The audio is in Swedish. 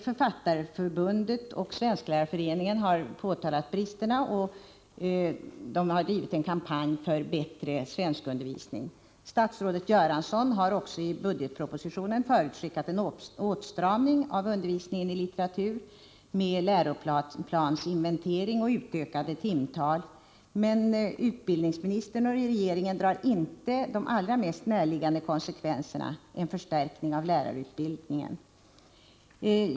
Författarförbundet och Svensklärarföreningen har påtalat bristerna, och de har drivit en kampanj för bättre svenskundervisning. Statsrådet Göransson har också i budgetpropositionen förutskickat en uppstramning av undervisningen i litteratur med läroplansinventering och ett utökat timantal. Men utbildningsministern och regeringen drar inte de allra mest närliggande konsekvenserna — en förstärkning av lärarutbildningen.